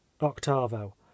octavo